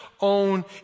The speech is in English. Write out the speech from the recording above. own